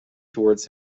towards